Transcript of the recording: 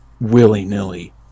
willy-nilly